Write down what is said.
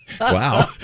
Wow